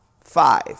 Five